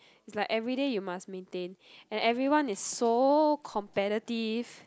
is like everyday you must maintain and everyone is so competitive